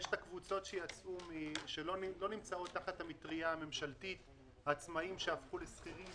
יש קבוצות שלא נמצאות תחת המטריה הממשלתית עצמאים שהפכו לשכירים,